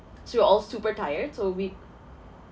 so we're all super tired so we